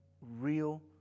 real